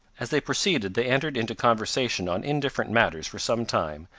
as they proceeded, they entered into conversation on indifferent matters for some time,